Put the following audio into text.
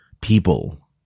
people